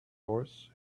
horse